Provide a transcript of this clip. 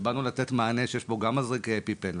ובאנו לתת מענה שיש בו מזרקי אפיפן,